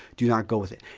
do not go with it.